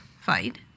fight